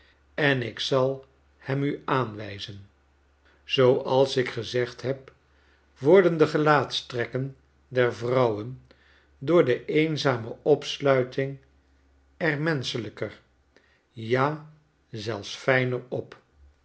en ik zal hem u aanwijzen zooals ik gezegd heb worden de gelaatstrekken der vrouwen door de eenzame opsluiting er menschelijker ja zelfs fijner op